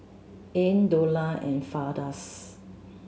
Ain Dollah and Firdaus